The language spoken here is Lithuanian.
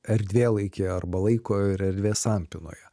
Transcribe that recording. erdvėlaiky arba laiko ir erdvės sampynoje